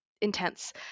intense